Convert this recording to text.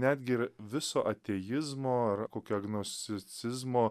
netgi ir viso ateizmo ar kokia agnosticizmo